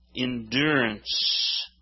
endurance